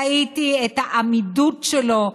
ראיתי את העמידוּת שלו,